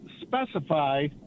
specify